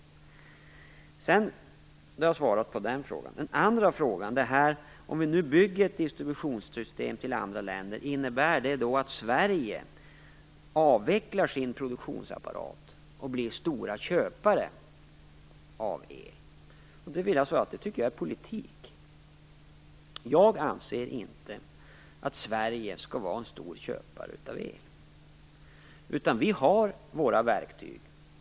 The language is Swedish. Därmed har jag svarat på den frågan. Den andra frågan är: Om vi nu bygger ett distributionssystem till andra länder, innebär det att Sverige avvecklar sin produktionsapparat och blir stora köpare av el? Det tycker jag är politik. Jag anser inte att Sverige skall vara en stor köpare av el. Vi har våra verktyg.